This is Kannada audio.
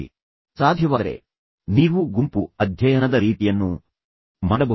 ಸಾಧ್ಯವಾದರೆ ನಿಮ್ಮೊಂದಿಗೆ ಕೋರ್ಸ್ಗೆ ಸೇರಿದ ಯಾರಾದರೂ ಓದುವ ಪಾಲುದಾರರಾಗಬಹುದು ನೀವು ಗುಂಪು ಅಧ್ಯಯನದ ರೀತಿಯನ್ನೂ ಮಾಡಬಹುದು